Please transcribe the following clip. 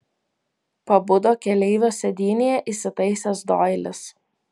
pabudo keleivio sėdynėje įsitaisęs doilis